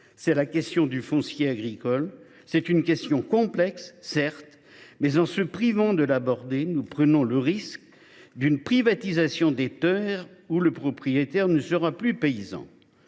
: la question du foncier agricole. Cette question est certes complexe, mais en nous privant de l’aborder, nous prenons le risque d’une privatisation des terres, dont le propriétaire ne sera plus paysan.